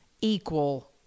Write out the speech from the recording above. equal